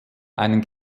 einen